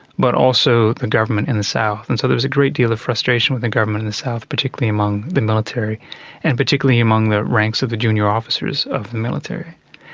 but also the government in the south. and so there was a great deal of frustration with the government in the south, particularly among the military and particularly among the ranks of the junior officers of the military.